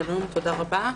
שלום ותודה רבה.